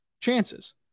chances